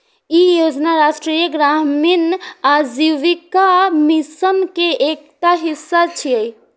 ई योजना राष्ट्रीय ग्रामीण आजीविका मिशन के एकटा हिस्सा छियै